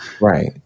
Right